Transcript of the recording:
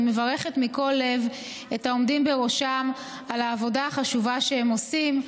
ואני מברכת מכל הלב את העומדים בראשם על העבודה החשובה שהם עושים,